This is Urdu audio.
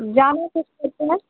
جانا کھتے ہے